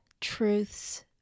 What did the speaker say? truths